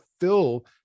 fill